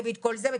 תביאי את כל זה.